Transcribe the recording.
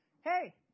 Hey